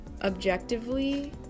objectively